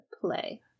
play